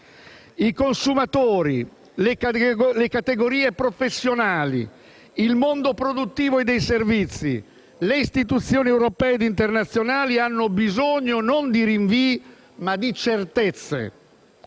I consumatori, le categorie professionali, il mondo produttivo e dei servizi, le istituzioni europee ed internazionali hanno bisogno non di rinvii, ma di certezze.